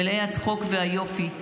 מלאי הצחוק והיופי,